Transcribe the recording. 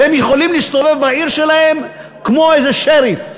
והם יכולים להסתובב בעיר שלהם כמו איזה שריף.